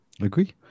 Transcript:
agree